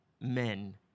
men